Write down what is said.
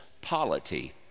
polity